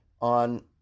on